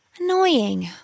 Annoying